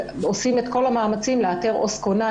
עושים את כל המאמצים לאתר עובד סוציאלי